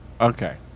Okay